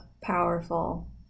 powerful